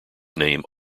name